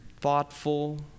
thoughtful